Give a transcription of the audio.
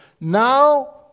now